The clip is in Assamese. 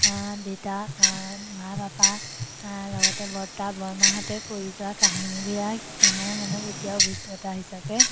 দেতা মা পাপা লগতে বৰ্তা বৰমাহঁতে কৈ যোৱা কাহিনীবিলাক আমাৰ মনত এতিয়া অভিজ্ঞতা হিচাপে